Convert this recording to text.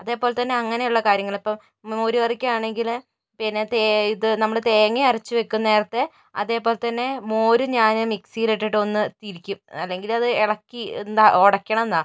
അതേപോലെ തന്നെ അങ്ങനെയുള്ള കാര്യങ്ങൾ ഇപ്പോൾ മോരുകറിക്കാണെങ്കിൽ പിന്നെ ഇത് നമ്മള് തേങ്ങ അരച്ചു വയ്ക്കും നേരത്തെ അതേപോലെ തന്നെ മോര് ഞാന് മിക്സിയില് ഇട്ടിട്ടു ഒന്ന് തിരിക്കും അല്ലെങ്കില് അത് ഇളക്കി എന്താ ഉടയ്ക്കണം എന്നാ